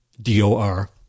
D-O-R